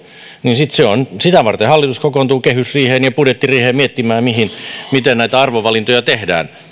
niin sitä varten hallitus kokoontuu kehysriiheen ja budjettiriiheen miettimään miten näitä arvovalintoja tehdään